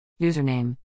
Username